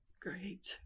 Great